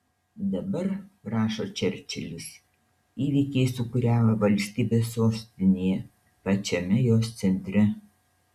dabar rašo čerčilis įvykiai sūkuriavo valstybės sostinėje pačiame jos centre